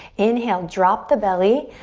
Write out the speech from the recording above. inhale, drop the belly,